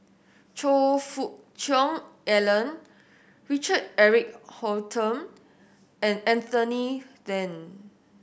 Choe Fook Cheong Alan Richard Eric Holttum and Anthony Then